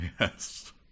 Yes